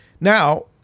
Now